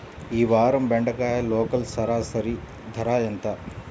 ఈ వారం బెండకాయ లోకల్ సరాసరి ధర ఎంత?